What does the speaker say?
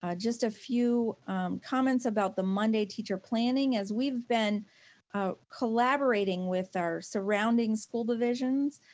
ah just a few comments about the monday teacher planning as we've been collaborating with our surrounding school division.